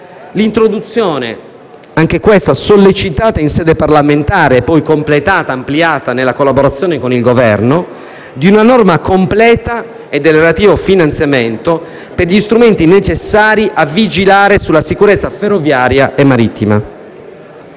l'introduzione - anche questa sollecitata in sede parlamentare e ampliata attraverso la collaborazione con il Governo - di una norma completa, e del relativo finanziamento, per allestire gli strumenti necessari a vigilare sulla sicurezza ferroviaria e marittima.